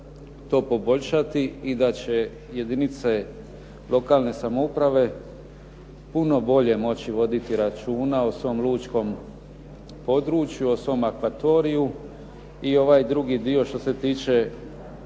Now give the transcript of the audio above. to poboljšati i da će jedinice lokalne samouprave puno bolje moći voditi računa o svom lučkom području, o svom akvatoriju i ovaj drugi dio što se tiče